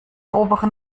oberen